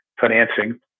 financing